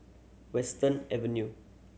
Western Avenue